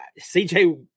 CJ